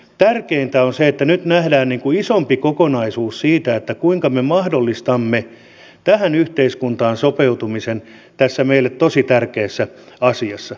tärkeintä on se että nyt nähdään isompi kokonaisuus siinä kuinka me mahdollistamme tähän yhteiskuntaan sopeutumisen tässä meille tosi tärkeässä asiassa